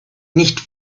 nicht